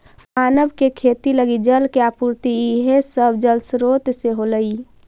मानव के खेती लगी जल के आपूर्ति इहे सब जलस्रोत से होलइ